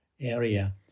area